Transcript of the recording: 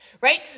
right